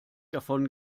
davon